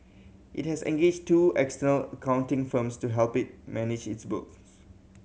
it has engaged two external accounting firms to help it manage its books